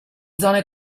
zone